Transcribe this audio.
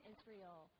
Israel